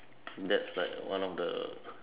that's like one of the